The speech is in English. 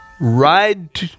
ride